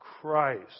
Christ